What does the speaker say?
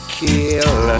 kill